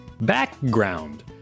Background